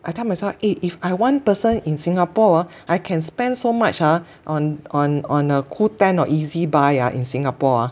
I tell myself eh if I one person in Singapore ah I can spend so much ah on on on uh Qoo Ten or EZ Buy ah in Singapore ah